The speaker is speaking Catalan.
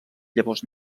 llavors